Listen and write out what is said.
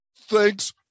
thanks